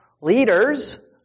Leaders